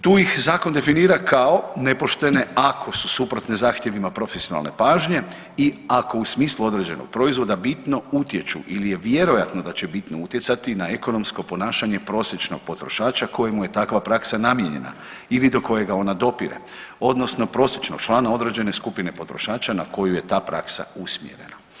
Tu ih zakon definira kao nepoštene ako su suprotne zahtjevima profesionalne pažnje i ako u smislu određenog proizvoda bitno utječu ili je vjerojatno da će bitno utjecati na ekonomsko ponašanje prosječnog potrošača kojemu je takva praksa namijenjena ili do kojega ona dopire, odnosno prosječnog člana određene skupine potrošača na koju je ta praksa usmjerena.